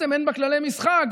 אין בה כללי משחק,